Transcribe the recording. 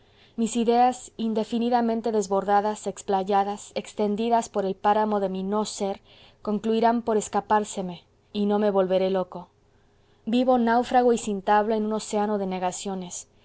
mis ideas indefinidamente desbordadas explayadas extendidas por el páramo de mi no ser concluirán por escapárseme y no me volveré loco vivo náufrago y sin tabla en un océano de negaciones